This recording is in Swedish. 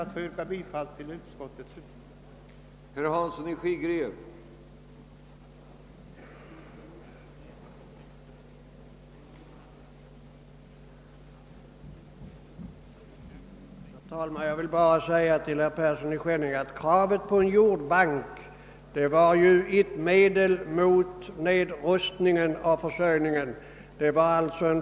Jag ber att få yrka bifall till utskottets hemställan.